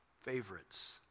favorites